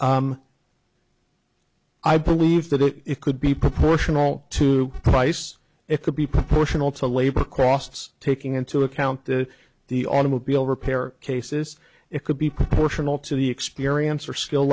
i believe that if it could be proportional to price it could be proportional to labor costs taking into account the the automobile repair cases it could be proportional to the experience or skill